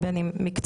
ובין אם מקצתם,